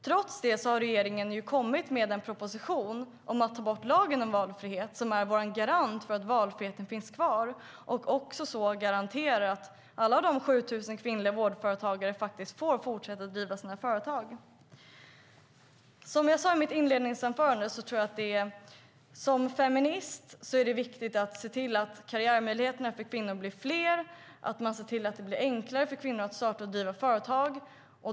Trots det har regeringen kommit med en proposition om att ta bort lagen om valfrihet, som är vår garant för att valfriheten finns kvar. Den garanterar också att alla de 7 000 kvinnliga vårdföretagarna får fortsätta driva sina företag. Som jag sa i mitt inledningsanförande är det viktigt för mig som feminist att man ser till att karriärmöjligheterna för kvinnor blir fler och att det blir enklare för kvinnor att starta och driva företag.